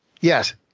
Yes